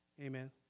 Amen